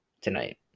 tonight